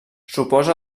suposa